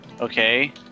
okay